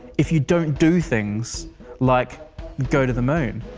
if you don't do things like go to the moon,